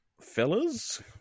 fellas